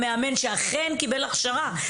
מאמן שאכן קיבל הכשרה?